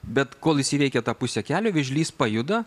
bet kol jis įveikia tą pusę kelio vėžlys pajuda